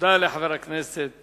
תודה לחבר הכנסת